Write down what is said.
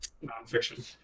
Non-fiction